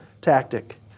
tactic